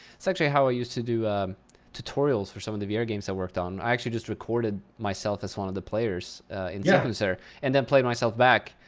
it's actually how i used to do tutorials for some of the vr games i worked on. i actually just recorded myself as one of the players in yeah sequencer, and played myself back